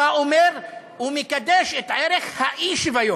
אתה אומר: הוא מקדש את הערך אי-שוויון.